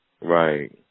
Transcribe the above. Right